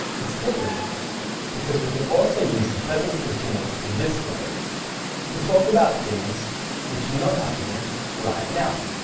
it's different because we can also use the present continuous in this way to talk about things which are not happening right now.